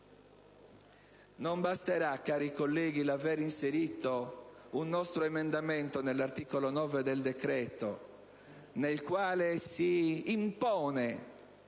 Non basterà, cari colleghi, l'aver inserito un nostro emendamento all'articolo 9 del decreto nel quale si impone